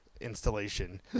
installation